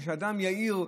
כשאדם יהיר,